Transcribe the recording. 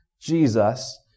Jesus